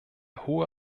hohe